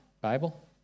Bible